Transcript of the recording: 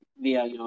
via